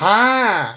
!huh!